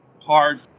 hard